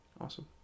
awesome